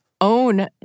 own